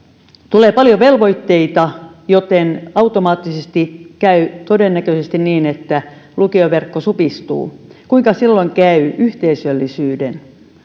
tulee paljon velvoitteita joten automaattisesti käy todennäköisesti niin että lukioverkko supistuu kuinka silloin käy yhteisöllisyyden